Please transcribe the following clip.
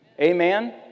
Amen